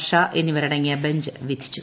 ഷാ എന്നിവരട്ടങ്ങിയ് ബഞ്ച് വിധിച്ചു